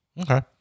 Okay